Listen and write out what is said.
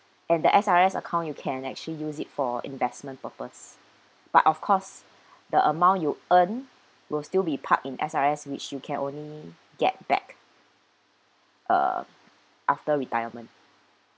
and the S_R_S account you can actually use it for investment purpose but of course the amount you earn will still be parked in S_R_S which you can only get back uh after retirement